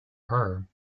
her